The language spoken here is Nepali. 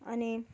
अनि